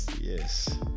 Yes